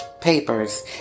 papers